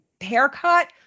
haircut